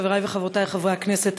חברי וחברותי חברי הכנסת,